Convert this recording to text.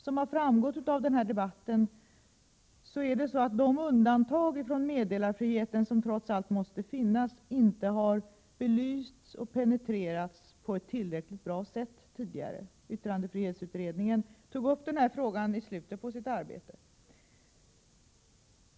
Som har framgått av den här debatten har dock de undantag från meddelarfriheten som trots allt måste finnas, tidigare inte belysts och penetrerats på ett tillräckligt bra sätt. Yttrandefrihetsutredningen tog upp denna fråga i slutskedet av sitt arbete.